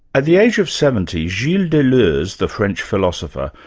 the age of seventy, gilles deleuze, the french philosopher,